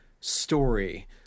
story